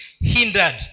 hindered